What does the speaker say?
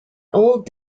old